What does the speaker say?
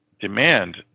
demand